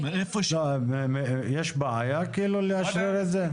יש בעיה לאשרר את זה?